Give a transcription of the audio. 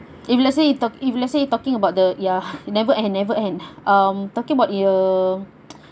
if let's say you talk if let's say you talking about the ya never and never end um talking about your